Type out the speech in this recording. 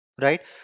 right